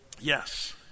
Yes